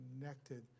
connected